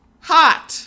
Hot